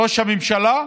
ראש הממשלה,